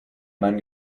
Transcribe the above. mein